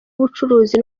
ubucuruzi